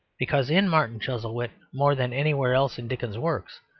because in martin chuzzlewit more than anywhere else in dickens's works,